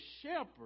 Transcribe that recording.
shepherd